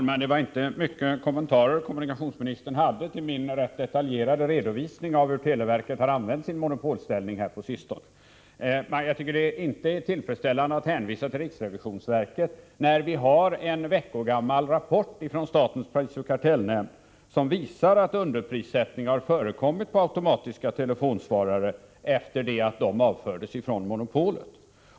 Fru talman! Kommunikationsministern hade inte mycket till kommentar med anledning av min detaljerade redovisning över hur televerket har använt sin monopolställning på sistone. Det är inte tillfredsställande att hänvisa till riksrevisionsverket, då vi har en veckogammal rapport från statens prisoch kartellnämnd, som visar att underprissättning har förekommit när det gäller automatiska telefonsvarare efter det att de avförts från monopolet.